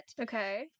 Okay